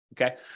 Okay